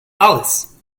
alice